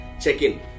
Check-in